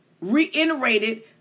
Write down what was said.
reiterated